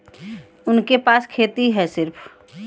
उनके पास खेती हैं सिर्फ